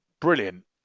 brilliant